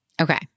Okay